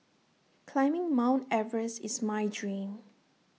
climbing mount Everest is my dream